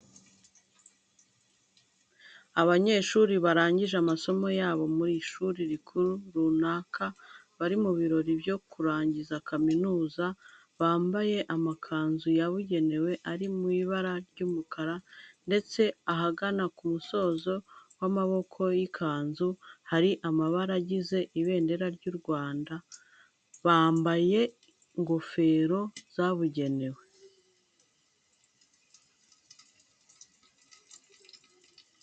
Abanyeshuri barangije amasomo yabo mu ishuri rikuru runaka bari mu birori byo kurangiza kaminuza, bambaye amakanzu yabugenewe ari mu ibara ry'umukara ndetse ahagana ku musozo w'amaboko y'ikanzu hari amabara agize ibendera ry'Igihugu cy'u Rwanda. Bbaye n'ingofero zabugenewe.